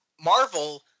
Marvel